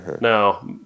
Now